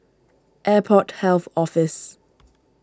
Airport Health Office